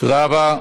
תודה רבה.